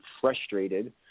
frustrated